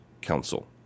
Council